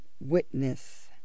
witness